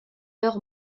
heure